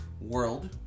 world